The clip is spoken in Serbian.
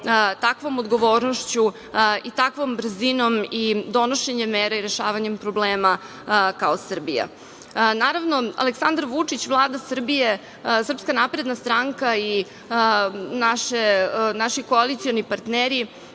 takvom odgovornošću i takvom brzinom i donošenje mere i rešavanje problema kao Srbija. Naravno, Aleksandar Vučić, Vlada Srbije, Srpska napredna stranka i naši koalicioni partneri